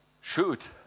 shoot